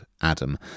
Adam